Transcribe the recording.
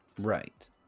right